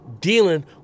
dealing